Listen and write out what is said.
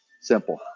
simple